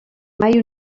mai